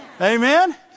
Amen